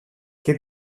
και